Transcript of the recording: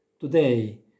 Today